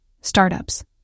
Startups